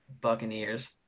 Buccaneers